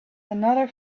another